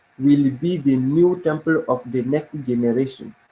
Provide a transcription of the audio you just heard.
will be the new temple of the next and generation.